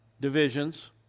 divisions